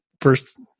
first